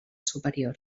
superior